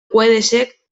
guedesek